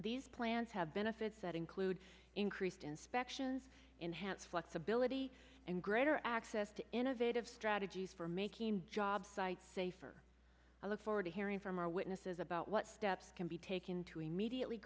these plans have benefits that include increased inspections enhanced flexibility and greater access to innovative strategies for making job sites safer i look forward to hearing from our witnesses about what steps can be taken to immediately